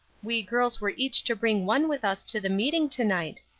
we girls were each to bring one with us to the meeting to-night,